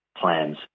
plans